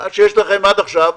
מה שיש לכם עד עכשיו,